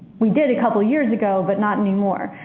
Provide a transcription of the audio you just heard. we did a couple years ago, but not anymore.